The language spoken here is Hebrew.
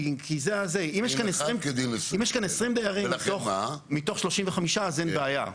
כי אם יש 20 דיירים מתוך 35 אז אין בעיה.